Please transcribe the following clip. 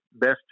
best